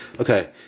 Okay